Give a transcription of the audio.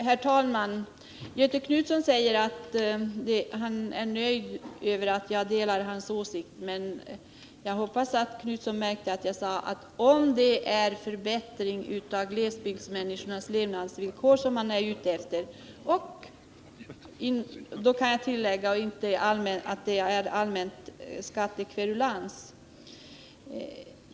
Herr talman! Göthe Knutson är till freds med att jag delar hans åsikt, men jag hoppas att han märkte att jag sade att jag delar hans uppfattning, om det är förbättring av glesbygdsmänniskornas levnadsvillkor som han är ute efter och, kan jag tillägga, det inte bara är fråga om allmän skattekverulans.